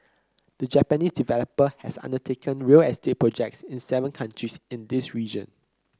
the Japanese developer has undertaken real estate projects in seven countries in this region